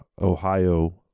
Ohio